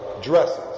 dresses